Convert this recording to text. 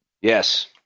yes